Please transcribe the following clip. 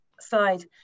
slide